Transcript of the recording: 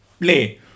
play